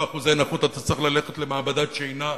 אחוזי נכות אתה צריך ללכת למעבדת שינה,